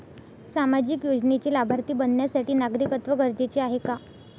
सामाजिक योजनेचे लाभार्थी बनण्यासाठी नागरिकत्व गरजेचे आहे का?